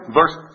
verse